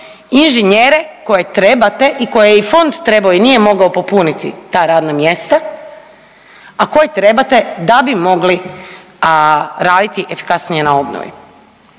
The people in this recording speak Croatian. inženjere koje trebate i koje je i fond trebao i nije mogao popuniti ta radna mjesta, a koja trebate da bi mogli raditi efikasnije za obnovi